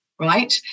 right